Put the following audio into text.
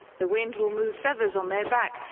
the wind will move feathers on their back,